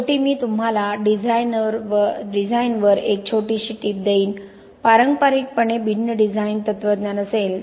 शेवटी मी तुम्हाला डिझाईनवर एक छोटीशी टीप देईन पारंपारिकपणे भिन्न डिझाइन तत्वज्ञान असेल